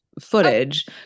footage